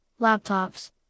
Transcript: laptops